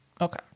Okay